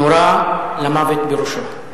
נורה למוות בראשו,